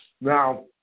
Now